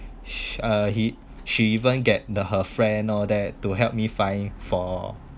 she uh he she even get the her friend all that to help me find for